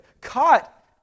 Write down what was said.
caught